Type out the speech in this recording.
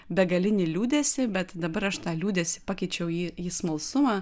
begalinį liūdesį bet dabar aš tą liūdesį pakeičiau į į smalsumą